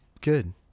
good